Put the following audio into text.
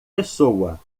pessoa